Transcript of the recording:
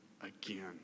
again